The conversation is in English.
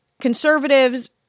conservatives